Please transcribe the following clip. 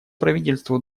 правительству